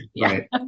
right